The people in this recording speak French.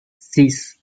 six